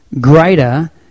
greater